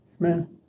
Amen